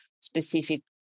specific